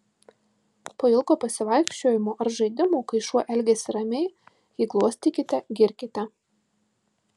po ilgo pasivaikščiojimo ar žaidimų kai šuo elgiasi ramiai jį glostykite girkite